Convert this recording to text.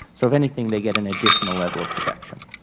so, if anything, they get an additional level of protection.